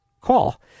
call